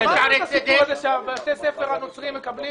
ו-416,000 שקלים בהרשאה להתחייב ושני תקני כוח